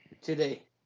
today